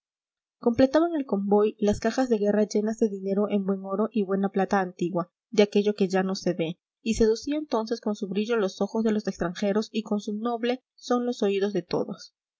completaban el convoy las cajas de guerra llenas de dinero en buen oro y buena plata antigua de aquello que ya no se ve y seducía entonces con su brillo los ojos de los extranjeros y con su noble son los oídos de todos